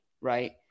right